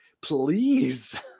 please